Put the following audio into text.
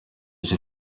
cya